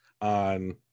on